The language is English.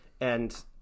and-